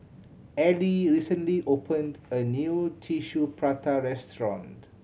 Ellie recently opened a new Tissue Prata restaurant